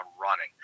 running